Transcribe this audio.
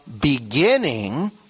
beginning